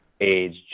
age